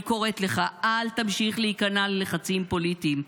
אני קוראת לך: אל תמשיך להיכנע ללחצים פוליטיים.